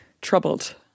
troubled